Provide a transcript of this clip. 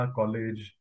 college